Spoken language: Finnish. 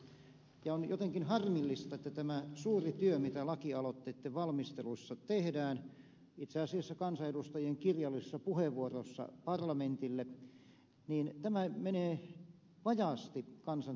ja on jotenkin harmillista että tämä suuri työ mitä lakialoitteitten valmisteluissa tehdään itse asiassa kansanedustajien kirjallisissa puheenvuoroissa parlamentille menee vajaasti kansan tietoisuuteen